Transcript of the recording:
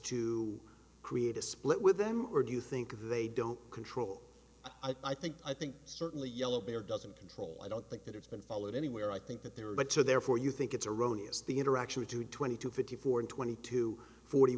to create a split with them or do you think they don't control i think i think certainly yellow bear doesn't control i don't think that it's been followed anywhere i think that there are but so therefore you think it's erroneous the interaction of two twenty two fifty four and twenty two forty